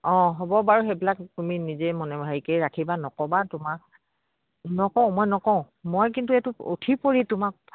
অঁ হ'ব বাৰু সেইবিলাক তুমি নিজে মনে হেৰিকেই ৰাখিবা নক'বা তোমাক নকওঁ মই নকওঁ মই কিন্তু এইটো উঠি পৰি তোমাক